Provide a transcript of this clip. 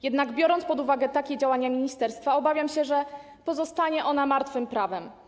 Jednak biorąc pod uwagę takie działania ministerstwa, obawiam się, że pozostanie ona martwym prawem.